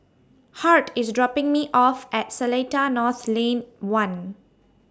Hart IS dropping Me off At Seletar North Lane one